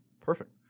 perfect